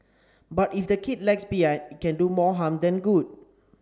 but if the kid lags behind it can do more harm than good